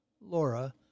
Laura